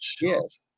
Yes